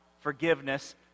forgiveness